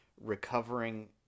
recovering